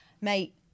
Mate